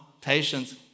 patience